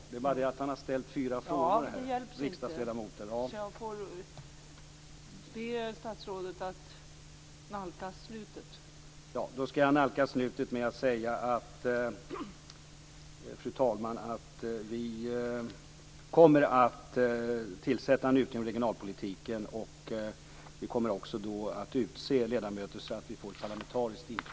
Fru talman! Det är bara det att riksdagsledamoten har ställt fyra frågor. Jag skall nalkas slutet med att säga att vi kommer att tillsätta en utredning om regionalpolitiken. Vi kommer då att utse ledamöter så att vi får ett parlamentariskt inflytande.